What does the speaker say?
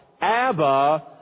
Abba